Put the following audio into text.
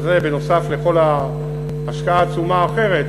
זה בנוסף על כל ההשקעה העצומה האחרת.